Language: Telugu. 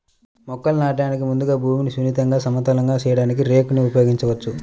మొక్కలను నాటడానికి ముందు భూమిని సున్నితంగా, సమతలంగా చేయడానికి రేక్ ని ఉపయోగించవచ్చు